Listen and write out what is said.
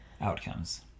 outcomes